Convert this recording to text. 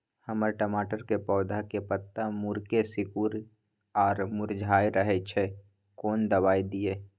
हमर टमाटर के पौधा के पत्ता मुड़के सिकुर आर मुरझाय रहै छै, कोन दबाय दिये?